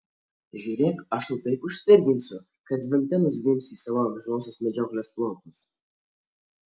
žiūrėk aš tau taip užspirginsiu kad zvimbte nuzvimbsi į savo amžinosios medžioklės plotus